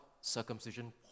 circumcision